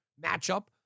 matchup